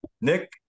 Nick